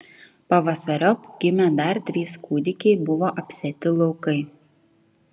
pavasariop gimė dar trys kūdikiai buvo apsėti laukai